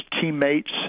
teammates